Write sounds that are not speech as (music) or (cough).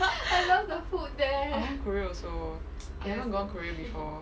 (laughs) I want korea also I haven't gone korea before